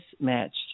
mismatched